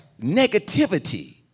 negativity